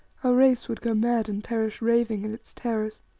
our race would go mad and perish raving in its terrors.